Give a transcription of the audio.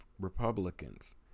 Republicans